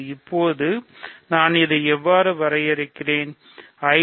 இப்போது நான் இதை இவ்வாறு வரையறுக்கிறேன் I